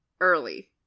early